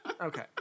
Okay